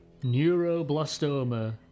Neuroblastoma